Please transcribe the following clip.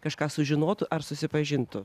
kažką sužinotų ar susipažintų